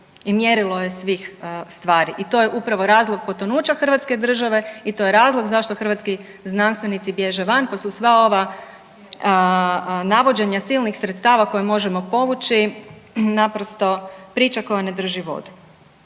i mjerilo je svih stvari i to je upravo razlog potonuća hrvatske države i to je razlog zašto hrvatski znanstvenici bježe van pa su sva ova navođenja silnih sredstava koja možemo povući naprosto priča koja ne drži vodu.